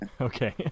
Okay